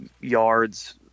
yards